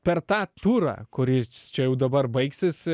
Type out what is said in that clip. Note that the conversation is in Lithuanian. per tą turą kuris čia jau dabar baigsis